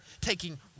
taking